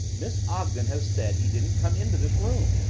miss ogden has said he didn't come into this room.